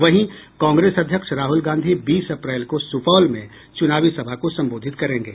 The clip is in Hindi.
वहीं कांग्रेस अध्यक्ष राहुल गांधी बीस अप्रैल को सुपौल में चुनावी सभा को संबोधित करेंगे